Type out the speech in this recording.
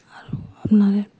আৰু আপোনাৰ